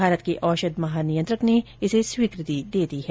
भारत के औषध महानियंत्रक ने इसे स्वीकृति दे दी है